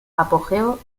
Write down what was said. apogeo